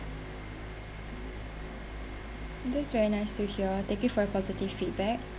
that's very nice to hear thank you for your positive feedback